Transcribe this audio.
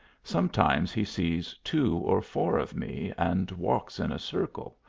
sometimes he sees two or four of me, and walks in a circle,